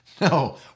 no